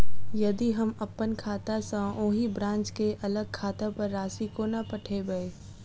यदि हम अप्पन खाता सँ ओही ब्रांच केँ अलग खाता पर राशि कोना पठेबै?